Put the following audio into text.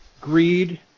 greed